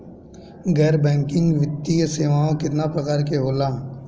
गैर बैंकिंग वित्तीय सेवाओं केतना प्रकार के होला?